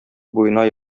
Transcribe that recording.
буена